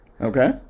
Okay